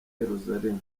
yerusalemu